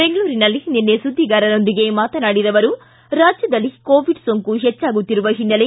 ಬೆಂಗಳೂರಿನಲ್ಲಿ ನಿನ್ನೆ ಸುದ್ದಿಗಾರರೊಂದಿಗೆ ಮಾತನಾಡಿದ ಅವರು ರಾಜ್ಯದಲ್ಲಿ ಕೋವಿಡ್ ಸೋಂಕು ಹೆಚ್ಚಾಗುತ್ತಿರುವ ಹಿನ್ನೆಲೆ